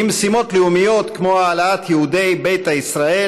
ממשימות לאומיות כמו העלאת יהודי ביתא ישראל